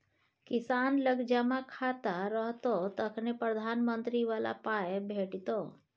किसान लग जमा खाता रहतौ तखने प्रधानमंत्री बला पाय भेटितो